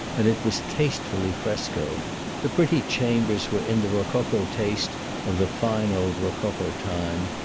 and it was tastefully frescoed the pretty chambers were in the rococo taste of the fine old rococo time,